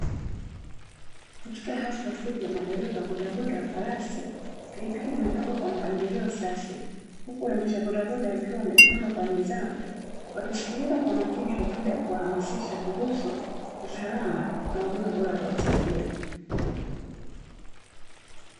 Katika hafla fupi ya madera wa bodaboda wa farasi, pikipiki zimepangwa kwa mpangilio safi ,huku waendesha bodaboda wakiwa wamesimama kwa nidhamu, wakisikiliza kwa makini hotuba ya kiwahamasisha kuhusu usalama na huduma bora za usafiri.